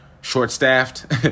short-staffed